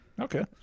Okay